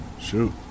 shoot